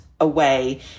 away